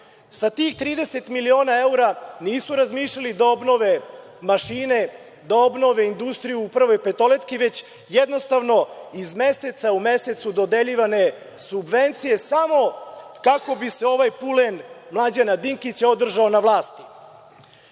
Sa tih 30 miliona evra nisu razmišljali da obnove mašine, da obnove industriju u „Prvoj petoletki“, već jednostavno iz meseca u mesec su dodeljivane subvencije samo kako bi se ovaj pulen Mlađana Dinkića održao na vlasti. Takođe,